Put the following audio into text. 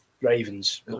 Ravens